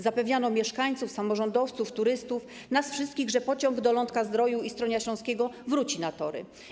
Zapewniano mieszkańców, samorządowców, turystów, nas wszystkich, że pociąg do Lądka-Zdroju i Stronia Śląskiego wróci na tory.